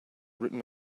written